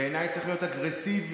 שבעיניי צריך להיות אגרסיבי,